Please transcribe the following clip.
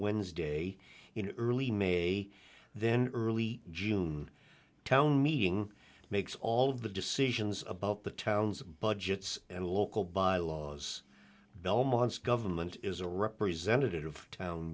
wednesday in early may then early june town meeting makes all of the decisions about the town's budgets and local bylaws belmont's government is a representative town